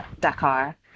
Dakar